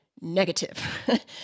negative